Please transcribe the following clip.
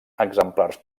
exemplars